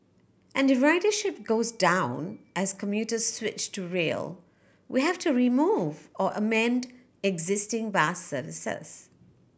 and if ridership goes down as commuters switch to rail we have to remove or amend existing bus services